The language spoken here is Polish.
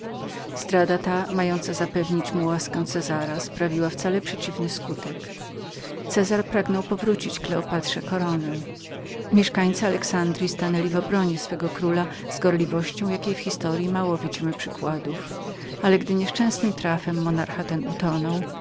zdrada ta mająca zapewnić mu łaskę cezara sprawiła wcale przeciwny skutek cezar pragnął powrócić kleopatrze koronę mieszkańcy alexandryi stanęli w obronie swego króla z gorliwością jakiej w historyi mało widzimy przykładów ale gdy nieszczęsnym trafem monarcha ten utonął